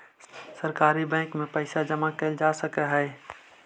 सहकारी बैंक में पइसा जमा कैल जा सकऽ हइ